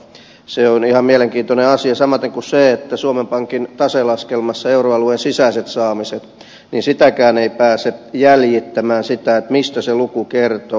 se on ihan mielenkiintoinen asia samaten kuin se että suomen pankin taselaskelmassa euroalueen sisäiset saamiset sitäkään ei pääse jäljittämään mistä se luku kertoo